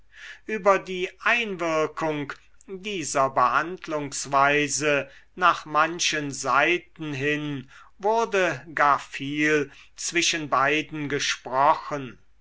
über die einwirkung dieser behandlungsweise nach manchen seiten hin wurde gar viel zwischen beiden gesprochen